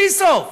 בלי סוף.